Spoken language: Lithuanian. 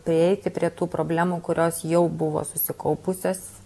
prieiti prie tų problemų kurios jau buvo susikaupusios